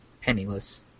penniless